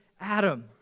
Adam